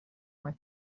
worth